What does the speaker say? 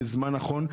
ובזמן נכון.